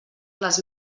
les